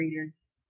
readers